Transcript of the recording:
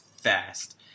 fast